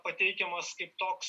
pateikiamas kaip toks